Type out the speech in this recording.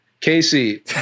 Casey